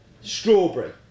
strawberry